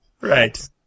Right